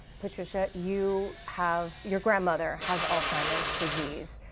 but you so you have your grandmother has alzheimer's disease.